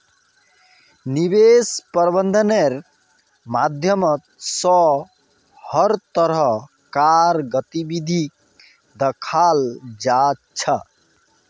निवेश प्रबन्धनेर माध्यम स हर तरह कार गतिविधिक दखाल जा छ